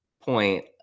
point